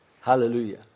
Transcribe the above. Hallelujah